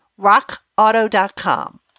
RockAuto.com